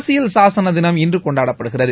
அரசியல் சாசன தினம் இன்று கொண்டாடப்படுகிறது